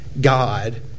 God